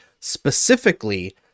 specifically